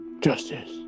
justice